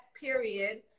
period